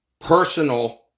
personal